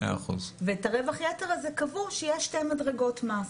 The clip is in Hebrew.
ואת הרווח יתר הזה קבעו שיהיה שתי מדרגות מס.